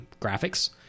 graphics